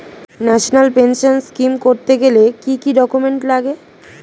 National pension scheme করতে গেলে কি কি ডকুমেন্ট লাগে?